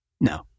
No